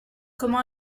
comment